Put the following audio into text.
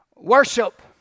Worship